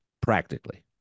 practically